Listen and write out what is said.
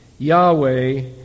Yahweh